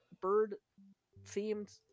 bird-themed